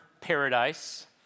paradise